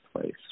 place